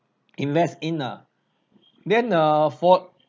invest in ah then err for